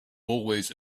always